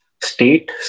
state